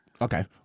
Okay